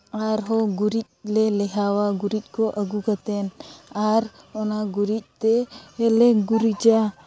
ᱟᱨᱦᱚᱸ ᱜᱩᱨᱤᱡ ᱞᱮ ᱞᱮᱣᱦᱟᱭᱟ ᱜᱩᱨᱤᱡ ᱠᱚ ᱟᱹᱜᱩ ᱠᱟᱛᱮᱫ ᱟᱨ ᱚᱱᱟ ᱜᱩᱨᱤᱡ ᱛᱮᱞᱮ ᱜᱩᱨᱤᱡᱟ